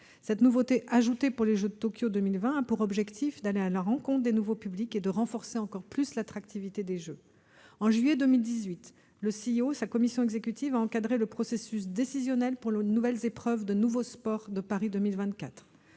Cette nouveauté ajoutée pour les Jeux de Tokyo de 2020 a pour objectif d'aller à la rencontre de nouveaux publics et de renforcer encore plus l'attractivité des Jeux. En juillet 2018, la commission exécutive du CIO a encadré le processus décisionnel pour les nouvelles épreuves des nouveaux sports de Paris 2024.